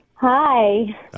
Hi